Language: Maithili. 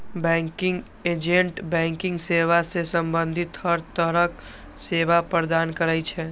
बैंकिंग एजेंट बैंकिंग सेवा सं संबंधित हर तरहक सेवा प्रदान करै छै